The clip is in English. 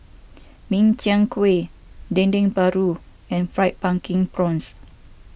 Min Chiang Kueh Dendeng Paru and Fried Pumpkin Prawns